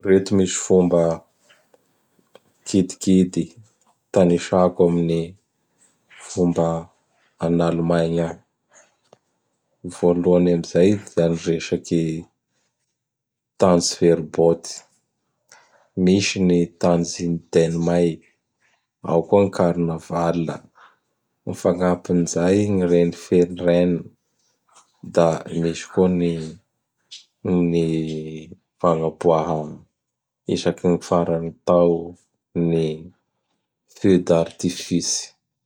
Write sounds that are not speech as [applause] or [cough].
Reto misy [noise] fomba kidikidy tanisako amin' ny fomba an'Allemagne agny. Ny vôloany am zay da ny resaky "Tansverbôty", misy ny "Tanjidermay"; ao koa gny karnavala; ho fagnampin izay gny "Renfenreny"; da misy koa gny ny, gn ny fagnapoaha isaky ny faran'ny tao ny "feu d'artifisy". [noise]